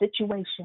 situation